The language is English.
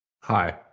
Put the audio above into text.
Hi